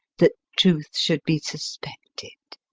that truth should be suspected.